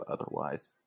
otherwise